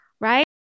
Right